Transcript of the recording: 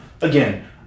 again